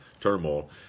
turmoil